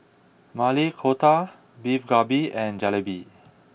Maili Kofta Beef Galbi and Jalebi